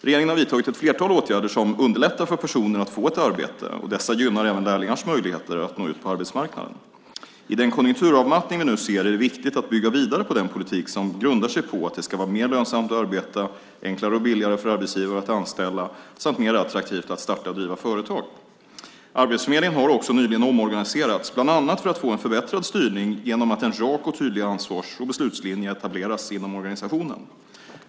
Regeringen har vidtagit ett flertal åtgärder som underlättar för personer att få ett arbete och dessa gynnar även lärlingars möjligheter att nå ut på arbetsmarknaden. I den konjunkturavmattning vi nu ser är det viktigt att bygga vidare på den politik som grundar sig på att det ska vara mer lönsamt att arbeta, enklare och billigare för arbetsgivare att anställa samt mer attraktivt att starta och driva företag. Arbetsförmedlingen har också nyligen omorganiserats, bland annat för att få en förbättrad styrning genom att en rak och tydlig ansvars och beslutslinje etableras inom organisationen.